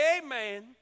Amen